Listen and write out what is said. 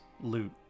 loot